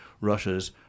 Russia's